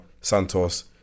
Santos